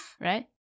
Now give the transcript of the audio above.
right